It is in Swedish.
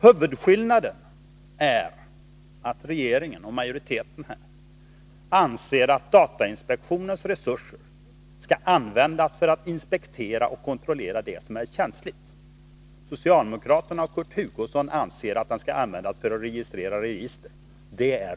Huvudskillnaden är att regeringen och majoriteten här anser att datainspektionens resurser skall användas till inspektion och kontroll av det som är känsligt. Socialdemokraterna och Kurt Hugosson anser att resurserna skall användas för att registrera register.